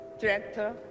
director